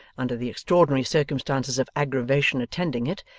under the extraordinary circumstances of aggravation attending it,